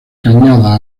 cañada